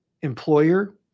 employer